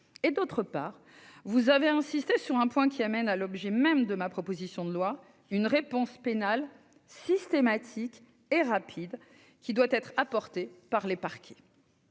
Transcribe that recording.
D'autre part, vous avez insisté sur un point qui mène à l'objet même de ma proposition de loi, à savoir une réponse pénale systématique et rapide, apportée par les parquets.